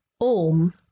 OM